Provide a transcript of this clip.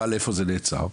אבל איפה זה נעצר?